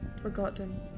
forgotten